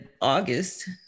August